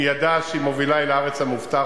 היא ידעה שהיא מובילה אל הארץ המובטחת,